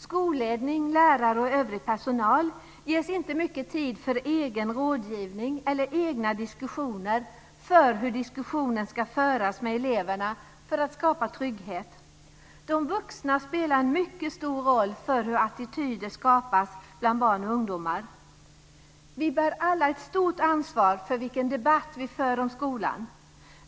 Skolledning, lärare och övrig personal ges inte mycket tid för egen rådgivning eller egna samtal om hur diskussionen ska föras med eleverna för att skapa trygghet. De vuxna spelar en mycket stor roll för hur attityder skapas bland barn och ungdomar. Vi bär alla ett stort ansvar för vilken debatt vi för om skolan.